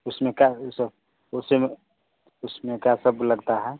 उसमें क्या वह सब उसमें उसमें क्या सब लगता है